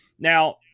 Now